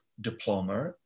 diploma